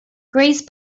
grace